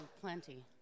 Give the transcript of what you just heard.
plenty